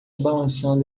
balançando